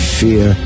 fear